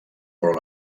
però